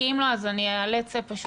כי אם לא אז אני איאלץ לקטוע.